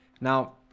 Now